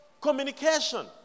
communication